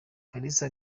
kalisa